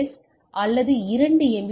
S அல்லது 2 M